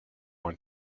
want